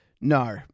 No